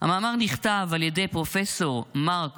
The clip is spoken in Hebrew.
נכתב על ידי פרופ' מרק